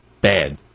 bad